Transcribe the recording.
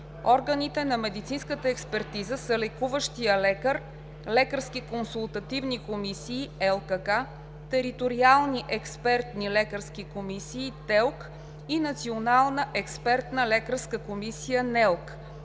Органите на медицинската експертиза са лекуващият лекар, лекарски консултативни комисии (ЛКК), териториални експертни лекарски комисии (ТЕЛК) и Национална експертна лекарска комисия (НЕЛК).“